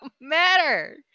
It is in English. matter